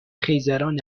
خیزران